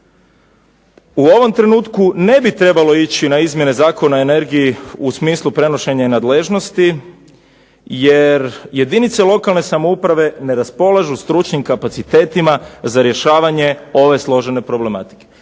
u ovom trenutku ne bi trebalo ići na izmjene Zakona o energiji u smislu prenošenja nadležnosti, jer jedinice lokalne samouprave ne raspolažu stručnim kapacitetima za rješavanje ove složene problematike.